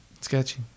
Sketchy